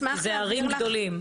זה ערים גדולות.